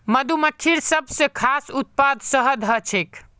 मधुमक्खिर सबस खास उत्पाद शहद ह छेक